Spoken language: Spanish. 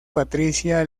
patricia